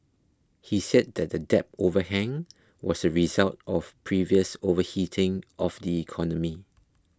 he said that the debt overhang was a result of previous overheating of the economy